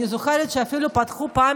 אני זוכרת שאפילו פתחו פעם